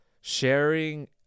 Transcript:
sharing